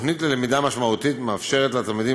התוכנית ללמידה משמעותית מאפשרת לתלמידים